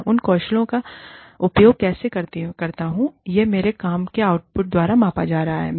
मैं उन कौशलों का उपयोग कैसे करता हूं यह मेरे काम के आउटपुट द्वारा मापा जा रहा है